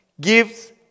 gives